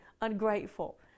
ungrateful